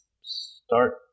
start